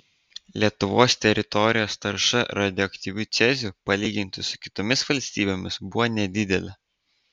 lietuvos teritorijos tarša radioaktyviu ceziu palyginti su kitomis valstybėmis buvo nedidelė